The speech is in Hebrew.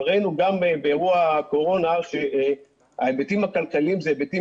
אבל ראינו גם באירוע הקורונה שההיבטים הכלכליים זה היבטים